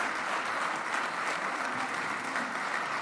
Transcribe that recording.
חברי הכנסת,